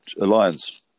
alliance